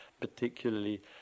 particularly